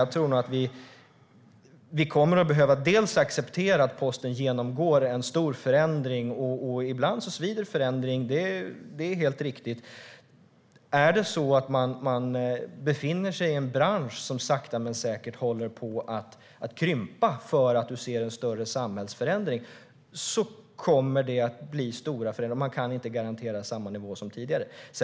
Jag tror att vi kommer att behöva acceptera att posten genomgår en stor förändring. Och ibland svider förändring; det är helt riktigt. I en bransch som sakta men säkert håller på att krympa, beroende på en större samhällsförändring, kommer det att bli stora förändringar. Man kan inte garantera samma nivå som tidigare.